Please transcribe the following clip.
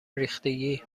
ریختگی